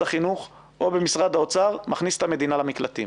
החינוך או במשרד האוצר מכניס את המדינה למקלטים.